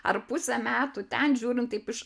ar pusę metų ten žiūrint taip iš